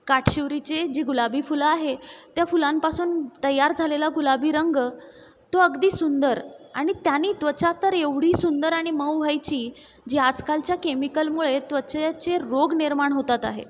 काटशीवरीची जी गुलाबी फुलं आहे त्या फुलांपासून तयार झालेला गुलाबी रंग तो अगदी सुंदर आणि त्यानी त्वचा तर एवढी सुंदर आणि मऊ व्हायची जी आजकालच्या केमिकलमुळे त्वचेचे रोग निर्माण होतात आहे